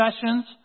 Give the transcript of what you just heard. sessions